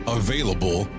available